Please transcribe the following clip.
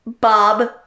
Bob